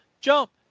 jump